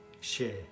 share